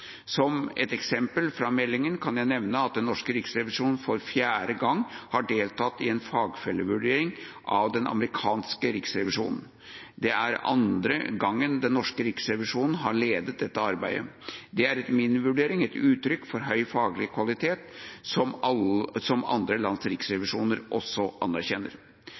Som et eksempel fra meldinga kan jeg nevne at den norske riksrevisjonen for fjerde gang har deltatt i en fagfellevurdering av den amerikanske riksrevisjonen. Det er andre gangen den norske riksrevisjonen har ledet dette arbeidet. Det er etter min vurdering et uttrykk for høy faglig kvalitet som andre lands riksrevisjoner også anerkjenner.